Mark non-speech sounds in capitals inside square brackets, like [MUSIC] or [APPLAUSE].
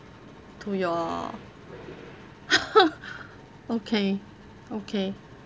to your [NOISE] okay okay